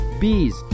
Bees